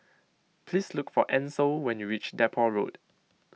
please look for Ansel when you reach Depot Road